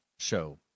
Show